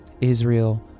israel